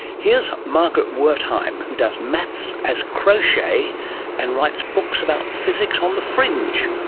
here's margaret wertheim who does maths as crochet and writes books about physics on the fringe,